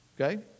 Okay